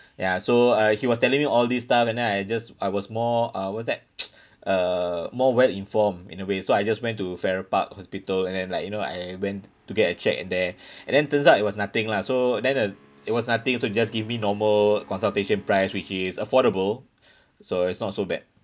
ya so uh he was telling me all this stuff and then I just I was more uh what is that uh more well informed in a way so I just went to farrer park hospital and then like you know I went to get a check at there and then turns out it was nothing lah so then uh it was nothing so just give me normal consultation price which is affordable so it's not so bad